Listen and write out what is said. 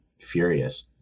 furious